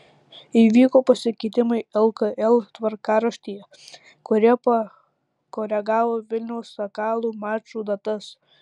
įvyko pasikeitimai lkl tvarkaraštyje kurie pakoregavo vilniaus sakalų mačų datas